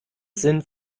sind